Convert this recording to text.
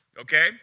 okay